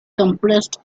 compressed